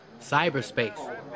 Cyberspace